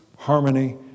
harmony